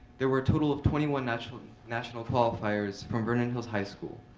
there were a total of twenty one national national qualifiers from vernon hills high school.